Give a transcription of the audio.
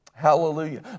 Hallelujah